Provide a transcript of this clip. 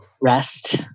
rest